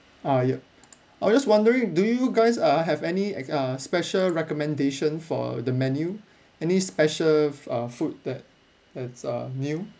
ah yup I was just wondering do you guys uh have any uh special recommendation for the menu any special uh food that that's uh new